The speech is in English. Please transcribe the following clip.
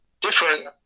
different